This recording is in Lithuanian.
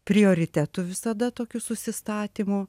prioritetų visada tokių susistatymu